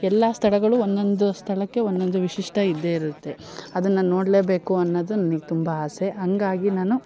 ಎಲ್ಲ ಸ್ಥಳಗಳು ಒನ್ನೊಂದು ಸ್ಥಳಕ್ಕೆ ಒನ್ನೊಂದು ವಿಶಿಷ್ಟ ಇದ್ದೇ ಇರುತ್ತೆ ಅದನ್ನು ನೋಡಲೇಬೇಕು ಅನ್ನೋದು ನನಗ್ ತುಂಬ ಆಸೆ ಹಂಗಾಗಿ ನಾನು